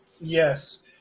Yes